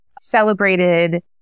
celebrated